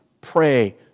pray